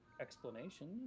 Explanation